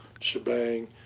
shebang